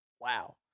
Wow